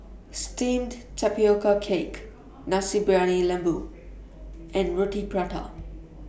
Steamed Tapioca Cake Nasi Briyani Lembu and Roti Prata